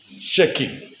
shaking